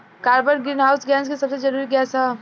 carbon greenhouse gas के सबसे जरूरी गैस ह